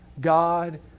God